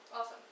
Awesome